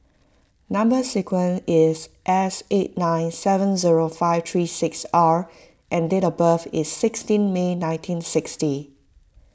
Number Sequence is S eight nine seven zero five three six R and date of birth is sixteen May nineteen sixty